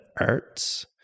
arts